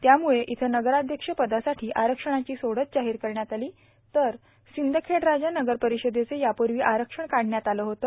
त्यामुळे इथं नगराध्यक्ष पदासाठी आरक्षणाची सोडत जाहीर करण्यात आली तर सिंदखेडराजा नगरपरिषदेचे यापूर्वी आरक्षण काढण्यात आले होते